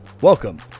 welcome